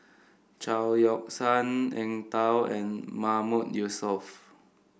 Chao Yoke San Eng Tow and Mahmood Yusof